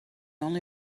only